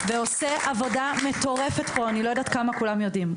הוא עושה עבודה מטורפת, אני לא יודעת כמה כולם יודעים,